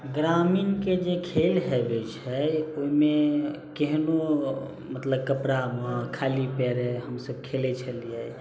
ग्रामीणके जे खेल होबैत छै ओहिमे केहनो मतलब कपड़ामे खाली पैरे हमसब खेलय छलियै